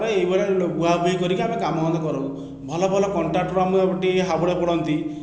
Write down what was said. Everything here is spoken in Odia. ଏଇ ଭଳିଆ ବୁହା ବୁହି କରିକି ଆମ କାମ ଧନ୍ଦା କରୁ ଭଲ ଭଲ କଣ୍ଟ୍ରାକ୍ଟର ଆମକୁ ଟିକେ ହାବୁଡ଼ରେ ପଡନ୍ତି